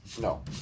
No